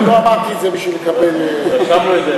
לא אמרתי את זה בשביל לקבל, לרשום את זה